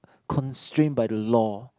constrain by the law